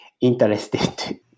interested